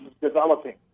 developing